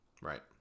Right